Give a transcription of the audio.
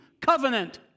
Covenant